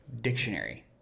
dictionary